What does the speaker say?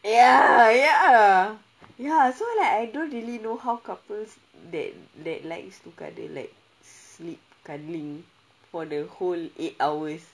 ya ya ya so like I don't really know how couples that that likes to cuddle like sleep cuddling for the whole eight hours